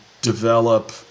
develop